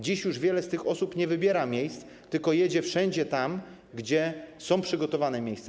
Dziś już wiele z tych osób nie wybiera miejsc, tylko jedzie wszędzie tam, gdzie są przygotowane miejsca.